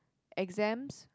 exams